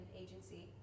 agency